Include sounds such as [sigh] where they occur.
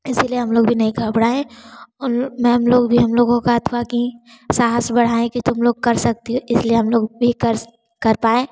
इसीलिए हम लोग भी नहीं घबराए और मैम लोग भी हम लोगों का [unintelligible] कि साहस बढाएँ कि तुम लोग कर सकती हो इसलिए हम लोग भी कर कर पाएं